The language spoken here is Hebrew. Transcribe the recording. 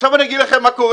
עכשיו אני אגיד מה קורה,